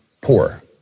poor